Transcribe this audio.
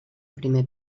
primer